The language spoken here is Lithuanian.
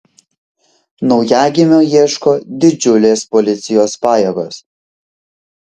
naujagimio ieško didžiulės policijos pajėgos